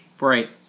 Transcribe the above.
right